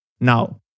Now